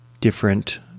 different